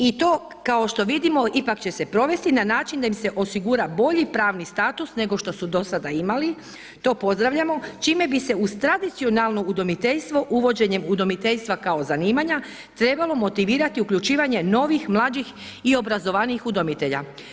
I to kao što vidimo ipak će se provesti na način da im se osigura bolji pravni status nego što su do sada imali, to pozdravljamo, čime bi se uz tradicionalno udomiteljstvo uvođenjem udomiteljstva kao zanimanja, trebalo motivirati novih, mlađih i obrazovanijih udomitelja.